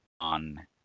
on